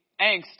angst